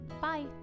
Bye